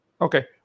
Okay